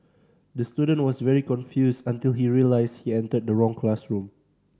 the student was very confused until he realised he entered the wrong classroom